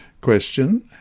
Question